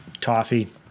Toffee